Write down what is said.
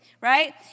right